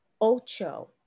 Ocho